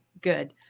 good